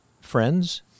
friends